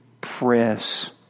press